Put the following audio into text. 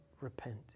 repent